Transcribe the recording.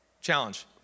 challenge